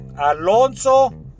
Alonso